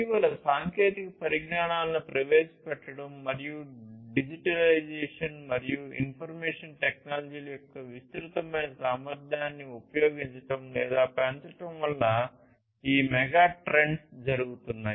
ఇటీవలి సాంకేతిక పరిజ్ఞానాలను ప్రవేశపెట్టడం మరియు డిజిటలైజేషన్ మరియు ఇన్ఫర్మేషన్ టెక్నాలజీల యొక్క విస్తృతమైన సామర్థ్యాన్ని ఉపయోగించడం లేదా పెంచడం వల్ల ఈ మెగాట్రెండ్స్ జరుగుతున్నాయి